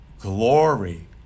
Glory